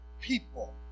people